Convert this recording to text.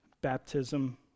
baptism